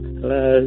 Hello